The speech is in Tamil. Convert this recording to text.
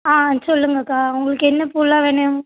ஆ சொல்லுங்கக்கா உங்களுக்கு என்ன பூவெல்லாம் வேணும்